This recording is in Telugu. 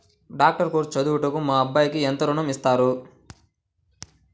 డాక్టర్ కోర్స్ చదువుటకు మా అబ్బాయికి ఎంత ఋణం ఇస్తారు?